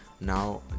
Now